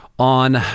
on